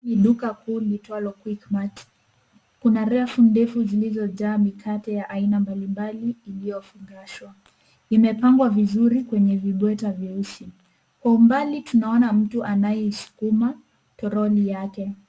Hili ni duka kuu liitwalo Quickmart. Kuna rafu ndefu zilizojaa mikate ya aina mbai mbali, iliyofungashwa. Limepangwa vizuri kwenye vibweta vyeusi. Kwa umbali tunaona mtu anayeisukuma toroli yake.